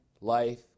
life